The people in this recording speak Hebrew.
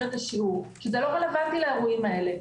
את השיעור שזה לא רלוונטי לאירועים האלה.